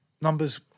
Numbers